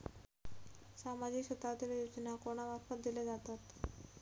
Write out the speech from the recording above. सामाजिक क्षेत्रांतले योजना कोणा मार्फत दिले जातत?